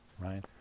right